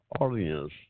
audience